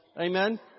Amen